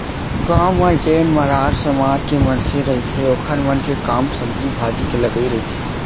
गाँव म जेन मरार समाज के मनसे रहिथे ओखर मन के काम सब्जी भाजी के लगई रहिथे